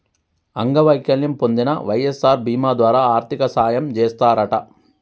అంగవైకల్యం పొందిన వై.ఎస్.ఆర్ బీమా ద్వారా ఆర్థిక సాయం అందజేస్తారట